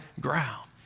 ground